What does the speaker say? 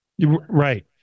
Right